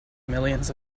millions